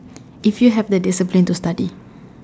if you have the discipline to study